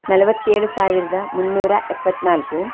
ನಲ್ವತ್ತೇಳು ಸಾವಿರದ ಮುನ್ನೂರ ಎಪ್ಪತ್ನಾಲ್ಕು